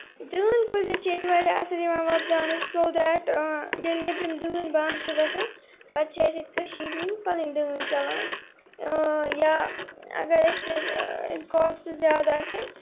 دٲن کُلۍ تہِ چھِ ییٚتہِ واریاہ اَصٕل یِوان وۄپداونہٕ سو دیٹ ییٚلہِ نیٚبرِم دٲنۍ بَنٛد چھِ گژھان پَتہٕ چھِ أسۍ ییٚتہِ کٔشیٖرِ ہٕنٛدۍ پَنٕنۍ دٲنۍ چَلان یا اَگر اَسہِ کاسٹہٕ زیادٕ آسن